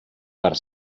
per